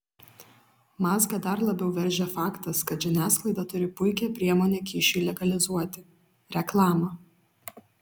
mazgą dar labiau veržia faktas kad žiniasklaida turi puikią priemonę kyšiui legalizuoti reklamą